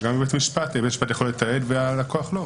גם בבית משפט בית המשפט יכול לתעד והלקוח לא.